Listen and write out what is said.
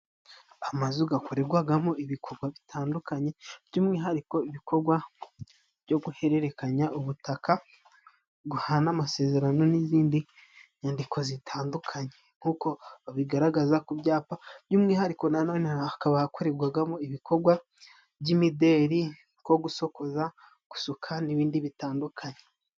Amazu gakoregwagamo ibikogwa bitandukanye by'umwihariko ibikorwa byo guhererekanya ubutaka, guhana amasezerano, n'izindi nyandiko zitandukanye. Nk'uko babigaragaza ku byapa, by'umwihariko na none hakaba hakoregwagamo ibikorwa by'imideri nko gusokoza, gusuka n'ibindi bitandukanye.